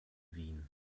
wien